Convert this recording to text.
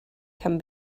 can